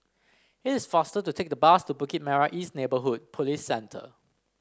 it is faster to take the bus to Bukit Merah East Neighbourhood Police Centre